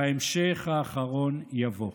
וההמשך האחרון יבוא.